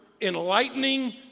enlightening